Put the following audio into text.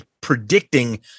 predicting